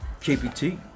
KPT